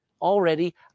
already